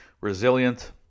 Resilient